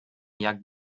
jagd